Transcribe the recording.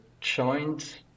joined